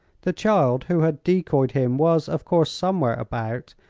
the child who had decoyed him was, of course, somewhere about,